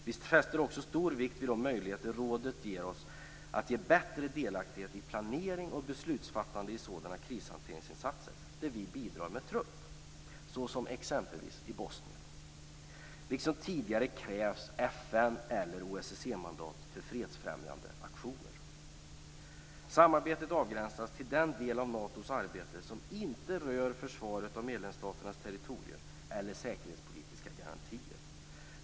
Vi fäster också stor vikt vid de möjligheter rådet ger oss till bättre delaktighet i planering och beslutsfattande i sådana krishanteringsinsatser där vi bidrar med trupp, såsom i Bosnien. Liksom tidigare krävs FN eller OSSE-mandat för fredfrämjande aktioner. Samarbetet avgränsas till den del av Natos arbete som inte rör försvaret av medlemsstaternas territorier eller säkerhetspolitiska garantier.